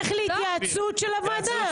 לך להתייעצות של הוועדה.